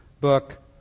book